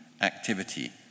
activity